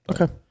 Okay